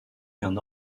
qu’un